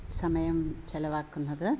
സമയം ചിലവാക്കുന്നത്